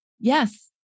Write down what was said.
Yes